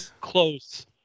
close